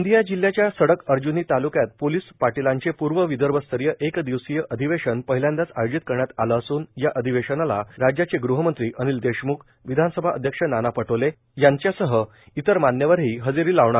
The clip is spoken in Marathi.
गोंदिया जिल्याच्या सडक अर्ज्नी तालुक्यात पोलीस पाटीलांचे पूर्व विदर्भ स्तरीय एक दिवशीय अधिवेशन पाहिलांद्याच आयोजित करण्यात आले असून या अधिवेशनाला राज्याचे गृहमंत्री अनिल देशमुख विधानसभा अध्यक्ष नाना पाटोले सह इतर मान्यवरांनी हजेरी लावली